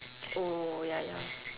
oh ya ya